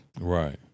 Right